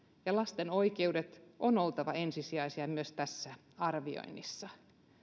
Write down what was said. ja lasten oikeuksien on oltava ensisijaisia myös tässä arvioinnissa